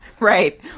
Right